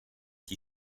die